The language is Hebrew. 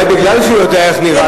זה אולי מפני שהוא יודע איך זה נראה,